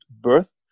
birth